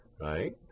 right